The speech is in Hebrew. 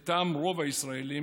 לטעם רוב הישראלים,